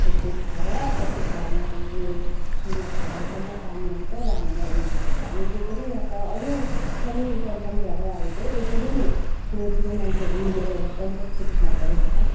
एकजुट भएर प्रत्येक घरमा अहिले घरघरमा पानी आउँछ र हामीलाई हामी त्यसरी यहाँका अरू पनि सानोसानो झगडाहरू चाहिँ यसरी नै ठुलोठुलो मान्छेहरू मिलेर एउटा पञ्चायतको रूपमा गरिन्छ